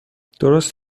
درست